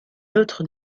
l’autre